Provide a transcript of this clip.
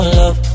love